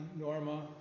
Norma